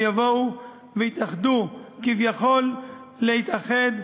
שיבואו ויתאחדו, כביכול להתאחד,